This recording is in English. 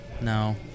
No